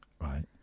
right